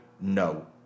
no